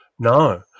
No